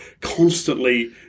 constantly